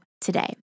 today